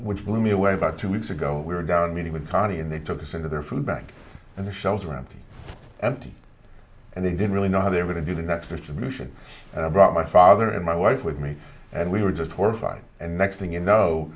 which blew me away about two weeks ago we were down meeting with kani and they took us into their food bank and the shelves are empty empty and they didn't really know how they were to do the next distribution and i brought my father and my wife with me and we were just horrified and next thing you know